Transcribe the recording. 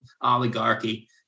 Oligarchy